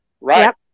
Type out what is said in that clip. right